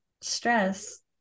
stress